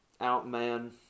outman